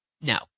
no